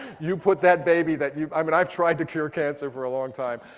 you put that baby that you've i mean, i've tried to cure cancer for a long time.